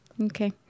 Okay